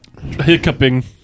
Hiccuping